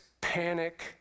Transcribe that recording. panic